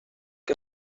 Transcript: que